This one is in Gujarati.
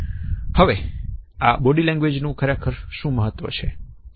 હવે આ બોડી લેંગ્વેજ નું ખરેખર મહત્વ શું છે